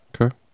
Okay